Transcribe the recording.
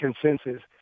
consensus